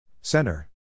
Center